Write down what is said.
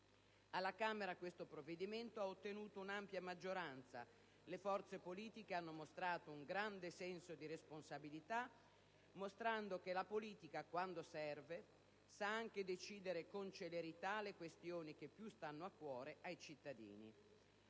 deputati questo provvedimento ha ottenuto un'ampia maggioranza. Le forze politiche hanno espresso un grande senso di responsabilità mostrando che la politica, quando serve, sa anche decidere con celerità sulle questioni che più stanno a cuore ai cittadini.